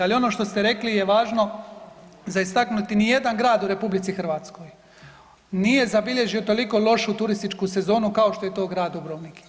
Ali ono što ste rekli je važno za istaknuti, nijedan grad u RH nije zabilježio toliko lošu turističku sezonu kao što je to grad Dubrovnik.